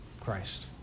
Christ